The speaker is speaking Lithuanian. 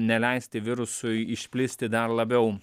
neleisti virusui išplisti dar labiau